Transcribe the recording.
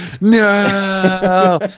no